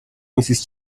mrs